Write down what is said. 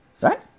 right